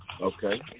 Okay